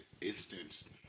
instance